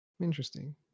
Interesting